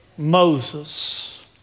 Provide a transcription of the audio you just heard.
Moses